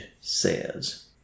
says